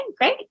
great